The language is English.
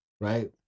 right